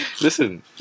Listen